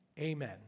Amen